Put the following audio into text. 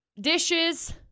dishes